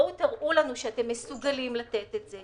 תראו לנו שאתם מסוגלים לתת את זה,